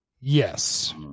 Yes